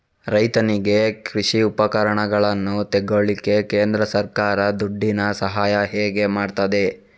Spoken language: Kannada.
ರೈತನಿಗೆ ಕೃಷಿ ಉಪಕರಣಗಳನ್ನು ತೆಗೊಳ್ಳಿಕ್ಕೆ ಕೇಂದ್ರ ಸರ್ಕಾರ ದುಡ್ಡಿನ ಸಹಾಯ ಹೇಗೆ ಮಾಡ್ತದೆ?